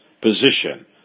position